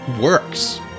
works